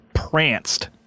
pranced